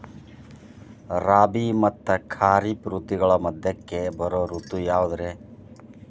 ರಾಬಿ ಮತ್ತ ಖಾರಿಫ್ ಋತುಗಳ ಮಧ್ಯಕ್ಕ ಬರೋ ಋತು ಯಾವುದ್ರೇ?